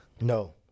No